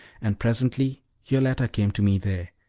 and presently yoletta came to me there,